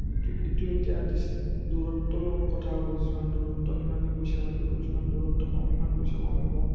এইটো এইটো এতিয়া দূৰত্বৰ কথা হ'ব যিমান দূৰত্ব সিমানেই পইচা বাঢ়িব যিমান দূৰত্ব কম সিমান পইচা কমিব